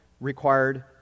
required